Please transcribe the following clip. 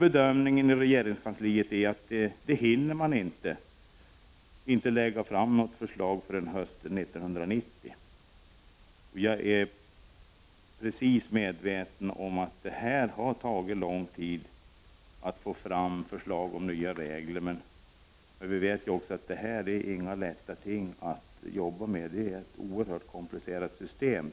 Bedömningen i regeringskansliet är att man inte hinner lägga fram något förslag förrän hösten 1990. Jag är naturligtvis medveten om att det har tagit mycket lång tid att få fram förslag till nya regler. Vi vet dock att det inte är några lätta frågor att arbeta med. Det är ett oerhört komplicerat system.